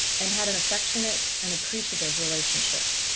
and had an affectionate and appreciative relationship.